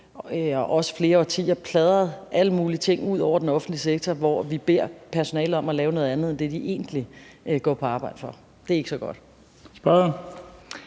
de sidste flere årtier pladret alle mulige ting ud over den offentlige sektor, hvor vi beder personalet om at lave noget andet end det, de egentlig går på arbejde for. Det er ikke så godt.